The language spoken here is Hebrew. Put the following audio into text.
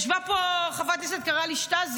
ישבה פה חברת כנסת שקראה לי "שטאזי",